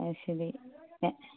അത് ശരി ഞ